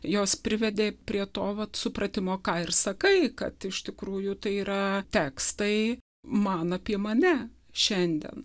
jos privedė prie to vat supratimo ką ir sakai kad iš tikrųjų tai yra tekstai man apie mane šiandien